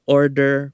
order